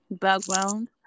background